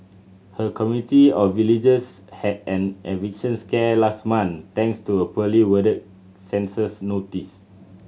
her community of villagers had an eviction scare last month thanks to a poorly worded census notice